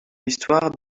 histoire